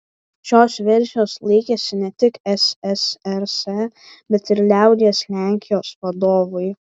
šios versijos laikėsi ne tik ssrs bet ir liaudies lenkijos vadovai